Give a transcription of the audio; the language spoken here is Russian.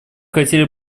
хотели